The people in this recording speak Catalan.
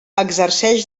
exerceix